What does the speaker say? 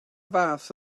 fath